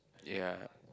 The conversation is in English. ya